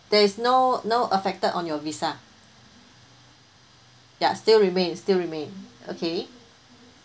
there is no no affected on your visa yeah still remain still remain okay